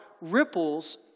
ripples